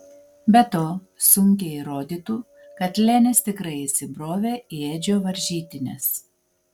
be to sunkiai įrodytų kad lenis tikrai įsibrovė į edžio varžytines